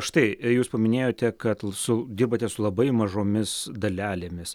štai jūs paminėjote kad su dirbate su labai mažomis dalelėmis